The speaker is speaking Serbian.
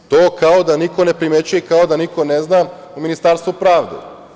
To kao da niko ne primećuje, kao da niko ne zna u Ministarstvu pravde.